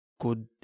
good